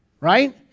Right